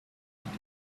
today